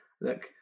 look